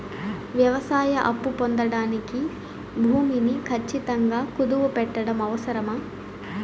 వ్యవసాయ అప్పు పొందడానికి భూమిని ఖచ్చితంగా కుదువు పెట్టడం అవసరమా?